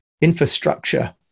infrastructure